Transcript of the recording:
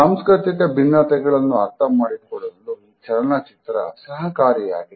ಸಾಂಸ್ಕೃತಿಕ ಭಿನ್ನತೆಗಳು ಅರ್ಥಮಾಡಿಕೊಳ್ಳಲು ಈ ಚಲನಚಿತ್ರ ಸಹಕಾರಿಯಾಗಿದೆ